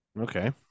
Okay